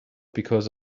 because